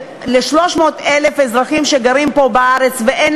של-300,000 אזרחים שגרים פה בארץ ואין